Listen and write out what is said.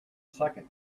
second